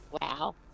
wow